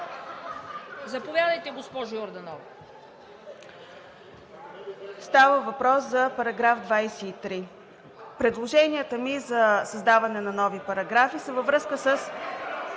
Заповядайте, госпожо Йорданова.